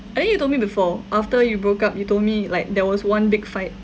eh you told me before after you broke up you told me like there was one big fight